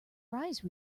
rise